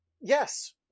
Yes